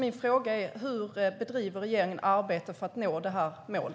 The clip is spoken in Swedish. Min fråga är: Hur bedriver regeringen arbetet för att nå detta mål?